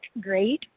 great